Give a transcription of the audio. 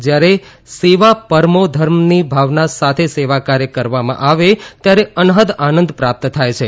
જથારે સેવા પરમો ધર્મની ભાવના સાથે સેવા કાર્ય કરવામાં આવે ત્યારે અનહૃદ આનંદ પ્રાપ્ત થાય છે